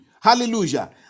Hallelujah